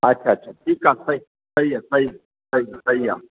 अच्छा अच्छा ठीकु आहे सही सही आहे सही सही आहे सही आहे